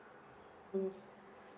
mmhmm